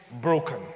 broken